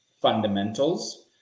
fundamentals